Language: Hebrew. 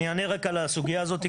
אני אענה רק על הסוגיה הזאת,